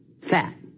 fat